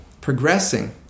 progressing